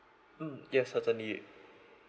mm yes certainly